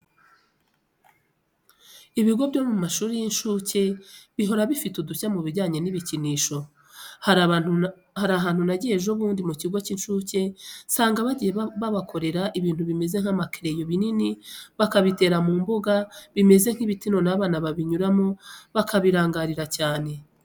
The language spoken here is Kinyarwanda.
Ibigo byo mu mashuri y'inshuke bihora bifite udushya mu bijyanye n'ibikinisho. Hari ahantu nagiye ejo bundi mu kigo cy'inshuke nsanga bagiye babakorera ibintu bimeze nk'amakereyo binini bakabitera mu mbuga bimeze nk'ibiti noneho abana babinyuraho bakabirangarira cyane.